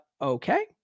okay